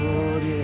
Lord